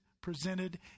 presented